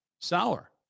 sour